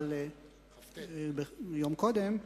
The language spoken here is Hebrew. שחל יום קודם.